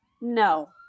No